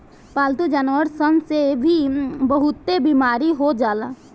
पालतू जानवर सन से भी बहुते बेमारी हो जाला